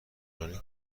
رانی